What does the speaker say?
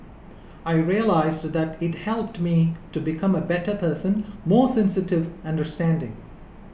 I realised that it helped me to become a better person more sensitive understanding